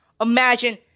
Imagine